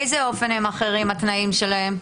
באיזה אופן הם אחרים, התנאים שלהן?